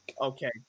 Okay